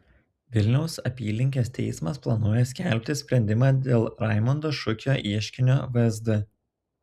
vilniaus apylinkės teismas planuoja skelbti sprendimą dėl raimondo šukio ieškinio vsd